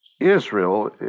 Israel